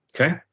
okay